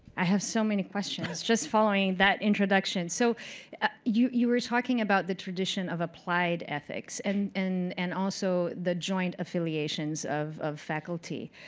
i have so many questions just following that introduction. so you you were talking about the tradition of applied ethics, and and and also the joint affiliations of of faculty.